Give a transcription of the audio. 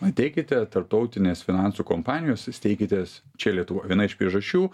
ateikite tarptautinės finansų kompanijos steikitės čia lietuvoj viena iš priežasčių